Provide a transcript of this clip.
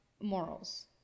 morals